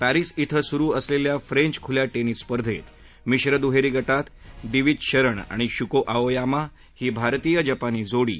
Paris धी सुरु असलेल्या फ्रेंच खुल्या टेनिस स्पर्धेत मिश्र दुहेरी गटात दिविज शरण आणि शुको आओयामा ही भारतीय जपानी जोडी